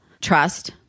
trust